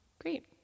Great